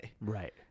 Right